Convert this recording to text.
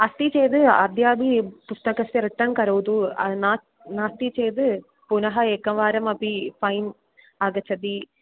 अस्ति चेत् अद्यापि पुस्तकस्य रिटर्न् करोतु न नास्ति चेत् पुनः एकवारमपि फ़ैन् आगच्छति